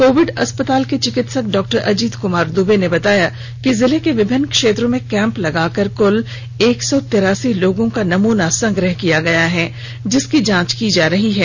Covid अस्पताल के चिकित्सक डॉ अजीत कुमार दुबे ने बताया कि जिले के विभिन्न क्षेत्रों में कैंप लगाकर कुल एक सौ तिरासी लोगों का नमूना संग्रह किया गया है जिसकी जांच की जा रही है